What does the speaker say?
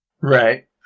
Right